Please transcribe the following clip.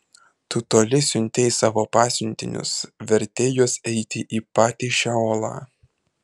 tu toli siuntei savo pasiuntinius vertei juos eiti į patį šeolą